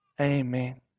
amen